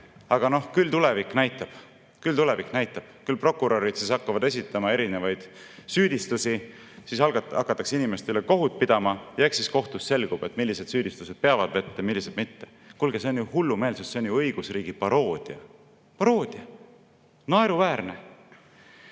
aga küll tulevik näitab. Küll tulevik näitab, küll prokurörid hakkavad esitama erinevaid süüdistusi, siis hakatakse inimeste üle kohut pidama ja eks siis kohtus selgub, millised süüdistused peavad vett ja millised mitte. Kuulge, see on ju hullumeelsus, see on õigusriigi paroodia. Paroodia, naeruväärne! Näiteid